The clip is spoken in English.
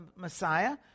Messiah